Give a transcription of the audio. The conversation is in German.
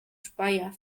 speyer